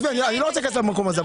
אני לא רוצה להיכנס למקום הזה.